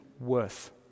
worth